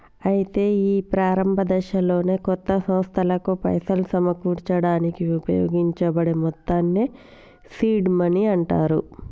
అయితే ఈ ప్రారంభ దశలోనే కొత్త సంస్థలకు పైసలు సమకూర్చడానికి ఉపయోగించబడే మొత్తాన్ని సీడ్ మనీ అంటారు